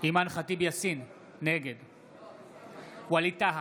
אימאן ח'טיב יאסין, נגד ווליד טאהא,